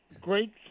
great